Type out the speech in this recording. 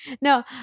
No